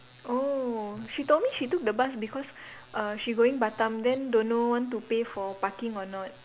oh she told me she took the bus because uh she going Batam then don't know want to pay for parking or not